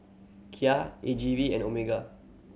Kia A G V and Omega